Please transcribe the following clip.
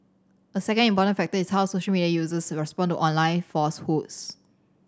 a second important factor is how social media users respond to online falsehoods